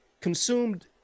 consumed